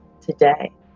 today